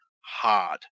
hard